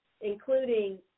including